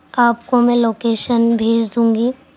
آپ کو میں لوکیشن بھیج دوں گی